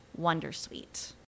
wondersuite